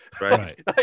Right